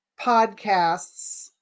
podcasts